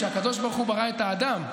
שהקדוש ברוך הוא ברא את האדם.